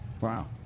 Wow